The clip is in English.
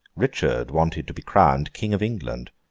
richard wanted to be crowned king of england,